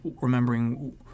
remembering